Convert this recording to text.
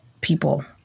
people